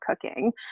cooking